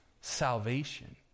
salvation